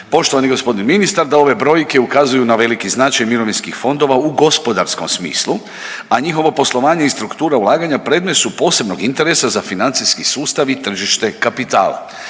poštovani gospodin ministar da ove brojke ukazuju na veliki značaj mirovinski fondova u gospodarskom smislu, a njihovo poslovanje i struktura ulaganja predmet su posebnog interesa za financijski sustav i tržište kapitala